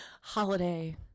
Holiday